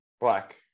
black